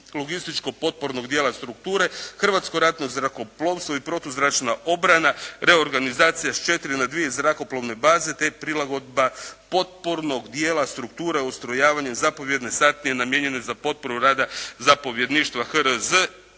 logističko-potpornog dijela strukture Hrvatsko ratno zrakoplovstvo i protuzračna obrana te organizacija sa četiri na dvije zrakoplovne baze te prilagodba potpornog dijela strukture ustrojavanja zapovjedne satnije namijenjene za potporu rada zapovjedništva HRZ